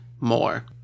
more